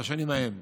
בשנים ההן.